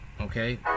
Okay